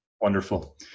Wonderful